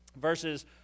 verses